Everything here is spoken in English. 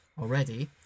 already